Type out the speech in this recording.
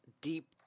deep